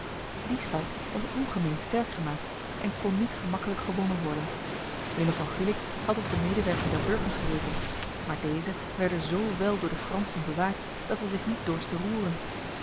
die stad was ongemeen sterk gemaakt en kon niet gemakkelijk gewonnen worden willem van gulik had op de medewerking der burgers gerekend maar deze werden zo wel door de fransen bewaakt dat zij zich niet dorsten roeren